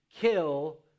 kill